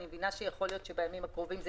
אני מבינה שיכול להיות שבימים הקרובים זה